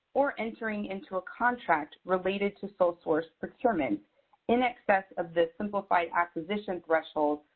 or entering into a contract related to sole source procurement in excess of this simplified acquisition threshold,